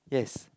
yes